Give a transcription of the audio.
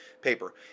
paper